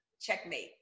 Checkmate